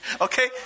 Okay